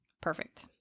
Perfect